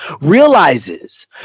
realizes